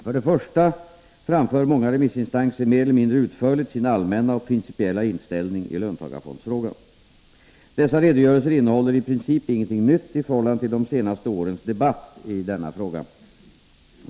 För det första framför många remissinstanser mer eller mindre utförligt sin allmänna och principiella inställning i löntagarfondsfrågan. Dessa redogörelser innehåller i princip ingenting nytt i förhållande till de senaste årens debatt i denna fråga.